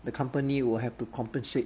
the company will have to compensate